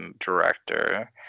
director